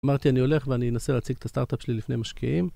אמרתי אני הולך ואני אנסה להציג את הסטארט-אפ שלי לפני משקיעים